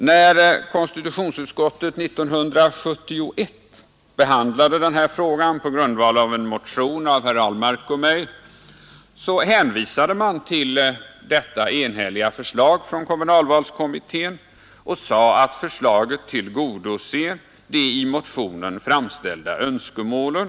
När konstitutionsutskottet 1971 behandlade denna fråga på grundval av en motion av herr Ahlmark och mig hänvisade utskottet till detta enhälliga förslag från kommunalvalskommittén och sade att förslaget ”tillgodoser de i motionen framställda önskemålen”.